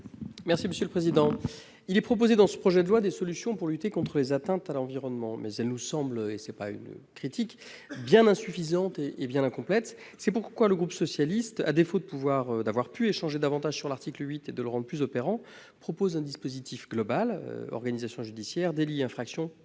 : La parole est à M. Jérôme Durain. Dans ce projet de loi, des solutions pour lutter contre les atteintes à l'environnement sont présentées, mais elles nous semblent- ce n'est pas une critique -bien insuffisantes et incomplètes. C'est pourquoi le groupe socialiste, à défaut d'avoir pu échanger davantage sur l'article 8 et de le rendre plus opérant, propose un dispositif global : organisation judiciaire, délits et infractions,